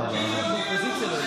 "בריונים מלוכלכים".